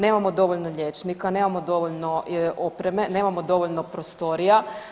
Nemamo dovoljno liječnika, nemamo dovoljno opreme, nemamo dovoljno prostorija.